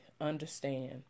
understand